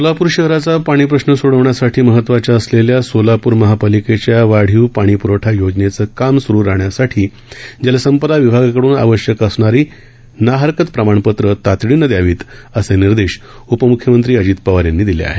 सोलापूर शहराचा पाणीप्रश्न सोडवण्यासापी महत्वाच्या असलेल्या सोलापूर महापालिकेच्या वाढीव पाणीप्रव ा योजनेचं काम सुरु राहण्यासाधी जलसंपदा विभागाकडून आवश्यक असणारी नाहरकत प्रमाणपत्रे तातडीनं द्यावीत असे निर्देश उपम्ख्यमंत्री अजित पवार यांनी दिले आहेत